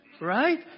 Right